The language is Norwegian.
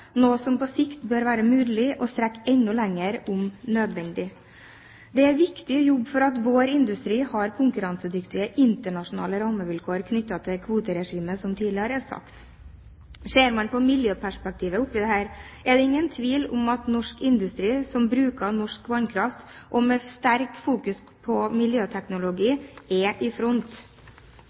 noe som på sikt bør være mulig å strekke enda lenger – om nødvendig. Det er viktig for at vår industri skal ha konkurransedyktige, internasjonale rammevilkår knyttet til kvoteregimet, som tidligere sagt. Ser man på miljøperspektivet i dette, er det ingen tvil om at norsk industri som bruker norsk vannkraft, og har sterkt fokus på miljøteknologi, er i front.